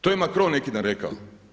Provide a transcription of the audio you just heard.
To je Macro neki dan rekao.